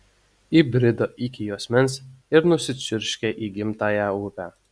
įbrido iki juosmens ir nusičiurškė į gimtąją upę